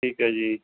ਠੀਕ ਹੈ ਜੀ